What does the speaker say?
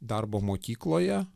darbo mokykloje